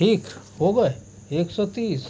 ठीक हो गए एक सौ तीस